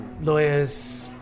lawyers